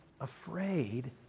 afraid